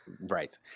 Right